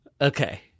Okay